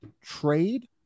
trade